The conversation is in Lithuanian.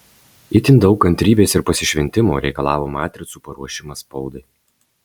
itin daug kantrybės ir pasišventimo reikalavo matricų paruošimas spaudai